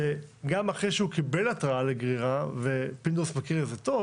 שגם אחרי שהוא קיבל התראה לגרירה ופינדרוס מכיר את זה היטב